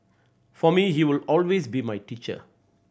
for me he would always be my teacher